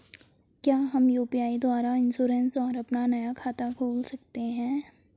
क्या हम यु.पी.आई द्वारा इन्श्योरेंस और अपना नया खाता खोल सकते हैं?